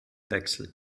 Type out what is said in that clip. wechsel